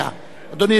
אדוני היושב-ראש